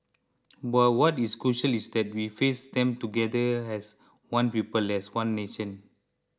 but what is crucial is that we face them together as one people as one nation